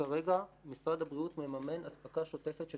כרגע משרד הבריאות מממן אספקה שוטפת של